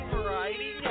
Variety